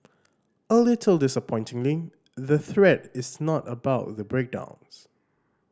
a little disappointingly the thread is not about the breakdowns